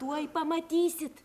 tuoj pamatysit